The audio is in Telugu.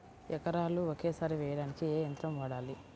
ఎకరాలు ఒకేసారి వేయడానికి ఏ యంత్రం వాడాలి?